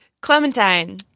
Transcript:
Clementine